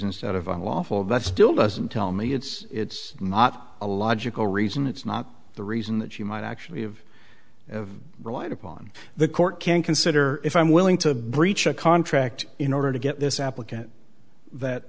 instead of unlawful that still doesn't tell me it's it's not a logical reason it's not the reason that you might actually of have relied upon the court can consider if i'm willing to breach a contract in order to get this applicant that